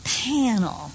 panel